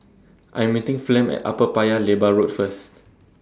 I Am meeting Flem At Upper Paya Lebar Road First